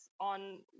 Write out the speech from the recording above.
on